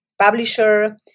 publisher